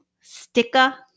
Sticker